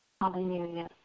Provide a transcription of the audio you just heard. Hallelujah